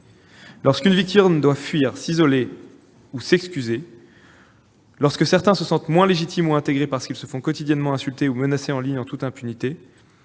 Lorsqu'une victime doit fuir, s'isoler, s'excuser, lorsque certains se sentent moins légitimes ou intégrés parce qu'ils se font quotidiennement insulter ou menacer en ligne en toute impunité,